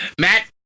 Matt